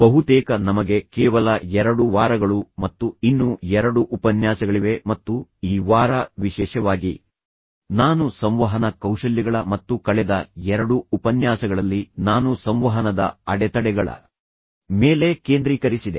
ಬಹುತೇಕ ನಮಗೆ ಕೇವಲ ಎರಡು ವಾರಗಳು ಮತ್ತು ಇನ್ನೂ ಎರಡು ಉಪನ್ಯಾಸಗಳಿವೆ ಮತ್ತು ಈ ವಾರ ವಿಶೇಷವಾಗಿ ನಾನು ಸಂವಹನ ಕೌಶಲ್ಯಗಳ ಮತ್ತು ಕಳೆದ ಎರಡು ಉಪನ್ಯಾಸಗಳಲ್ಲಿ ನಾನು ಸಂವಹನದ ಅಡೆತಡೆಗಳ ಮೇಲೆ ಕೇಂದ್ರೀಕರಿಸಿದೆ